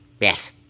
Yes